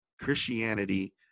Christianity